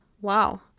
Wow